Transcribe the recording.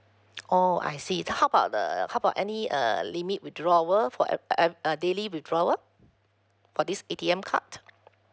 oh I see then how about the how about any err limit withdrawal for a uh uh uh daily withdrawal for this A_T_M card